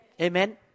Amen